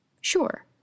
Sure